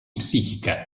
psíquica